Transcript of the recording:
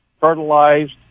fertilized